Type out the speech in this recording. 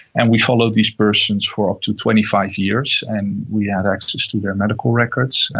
and we followed these persons for up to twenty five years and we had access to their medical records,